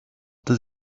does